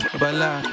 bala